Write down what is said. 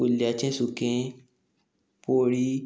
कुल्ल्याचें सुकें पोळी